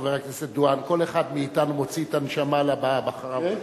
חבר הכנסת דואן: כל אחד מאתנו מוציא את הנשמה לבא אחריו,